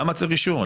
למה צריך אישור?